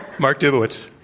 mark dubowitz.